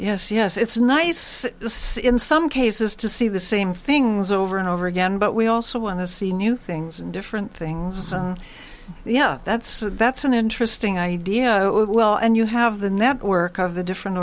yes yes it's nice since some cases to see the same things over and over again but we also want to see new things and different things yeah that's that's an interesting idea well and you have the network of the different